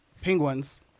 penguins